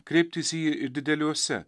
kreiptis į jį ir dideliuose